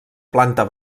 planta